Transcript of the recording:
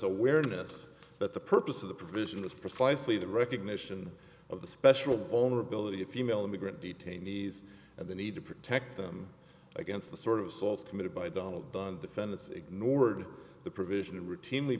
awareness that the purpose of the provision is precisely the recognition of the special vulnerability a female immigrant detainees and the need to protect them against the sort of assaults committed by donald dunn defendants ignored the provision routinely